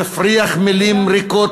מפריח מילים ריקות,